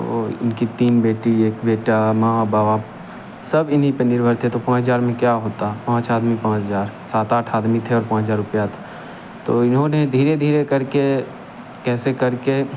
तो इनकी तीन बेटी एक बेटा माँ बाप सब इन्हीं पे निर्भर थे तो पाँच हजार में क्या होता पाँच आदमी पाँच हजार सात आठ आदमी थे और पाँच हजार रुपया था तो इन्होंने धीरे धीरे करके कैसे करके